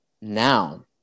Now